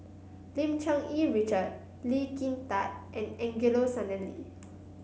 Lim Cherng Yih Richard Lee Kin Tat and Angelo Sanelli